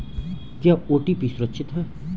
क्या ओ.टी.पी सुरक्षित है?